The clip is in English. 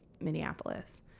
Minneapolis